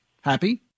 happy